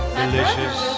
delicious